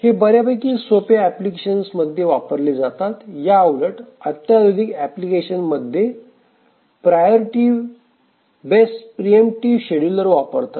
हे बऱ्यापैकी सोप्या एप्लीकेशन मध्ये वापरले जातात याउलट अत्याधुनिक एप्लीकेशन मध्ये प्रायोरिटी बेस्ड प्रिम्पटीव्ह शेड्युलर वापरतात